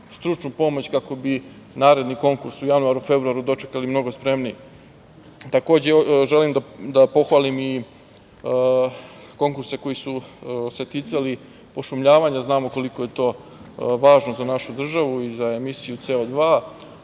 stručnu pomoć, kako bi naredni konkurs u januaru, februaru dočekali mnogo spremniji. Takođe, želim da pohvalim i konkurse koji su se ticali pošumljavanja, jer znamo koliko je to važno za našu državu i za emisiju CO